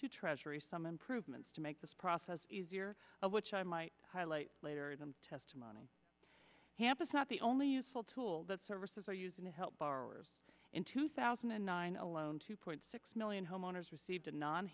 to treasury some improvements to make this process easier which i might highlight later the testimony campus not the only useful tool that services are using to help borrowers in two thousand and nine alone two point six million homeowners received a non